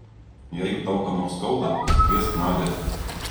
jeigu tau ką nors skauda pasikviesk nadią